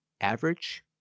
average